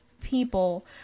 people